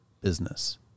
business